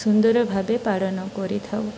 ସୁନ୍ଦର ଭାବେ ପାଳନ କରିଥାଉ